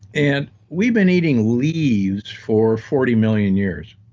and we've been eating leaves for forty million years.